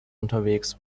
unterwegs